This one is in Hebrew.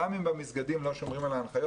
גם אם במסגדים לא שומרים על ההנחיות,